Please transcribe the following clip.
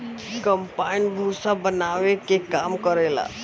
combine भूसा बानावे के काम करेला